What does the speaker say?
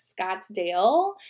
Scottsdale